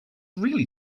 really